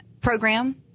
program